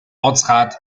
ortsrat